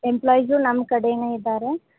employees ನಮ್ಮ ಕಡೆನೆ ಇದ್ದಾರೆ